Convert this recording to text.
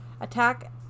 attack